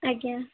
ଆଜ୍ଞା